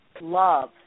love